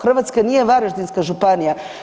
Hrvatska nije Varaždinska županija.